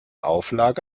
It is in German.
auflage